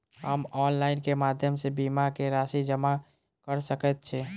हम ऑनलाइन केँ माध्यम सँ बीमा केँ राशि जमा कऽ सकैत छी?